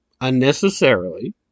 unnecessarily